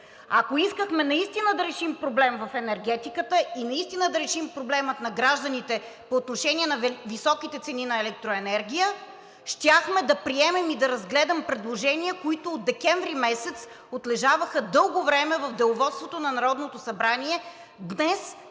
Ако искахме наистина да решим проблем в енергетиката и наистина да решим проблема на гражданите по отношение на високите цени на електроенергията, щяхме да приемем и да разгледаме предложения, които от декември месец отлежаваха дълго време в Деловодството на Народното събрание. Днес